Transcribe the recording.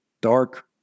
dark